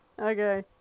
Okay